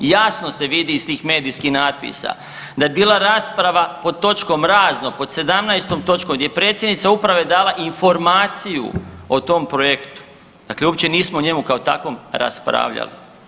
Jasno se vidi iz tih medijskih natpisa da je bila rasprava pod točkom razno, pod 17 točnom, gdje je predsjednica uprave dala informaciju o tom projektu, dakle uopće nismo o njemu kao takvom raspravljali.